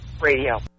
radio